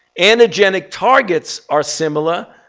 antigenic targets are similar.